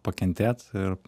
pakentėt ir